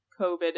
COVID